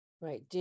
Right